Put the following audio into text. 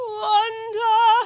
wonder